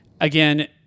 Again